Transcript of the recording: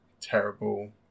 terrible